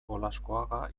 olaskoaga